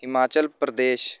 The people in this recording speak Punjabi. ਹਿਮਾਚਲ ਪ੍ਰਦੇਸ਼